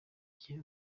igihe